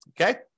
Okay